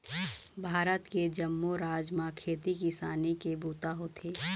भारत के जम्मो राज म खेती किसानी के बूता होथे